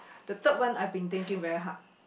the third one I've been thinking very hard